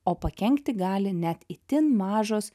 o pakenkti gali net itin mažos